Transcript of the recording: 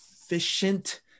efficient